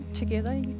Together